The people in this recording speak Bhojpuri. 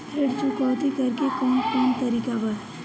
ऋण चुकौती करेके कौन कोन तरीका बा?